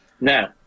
Now